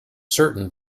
certain